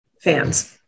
fans